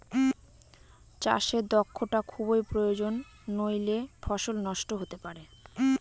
চাষে দক্ষটা খুবই প্রয়োজন নাহলে ফসল নষ্ট হতে পারে